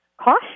cost